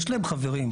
יש להם חברים.